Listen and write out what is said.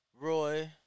Roy